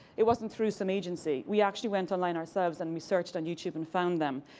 it wasn't through some agency. we actually went online ourselves and we searched on youtube and found them.